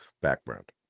background